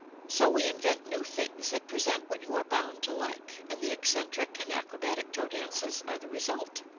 so we invent new things that present what you are bound to like, and the eccentric and acrobatic toe dances are the result.